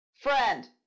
Friend